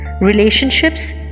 Relationships